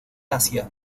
asia